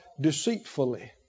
deceitfully